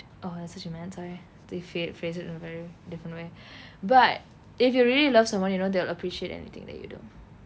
oh that's what you meant sorry they phra~ phrase it in a very different way but if you really love someone you know they'll appreciate anything that you do